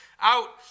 out